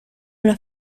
una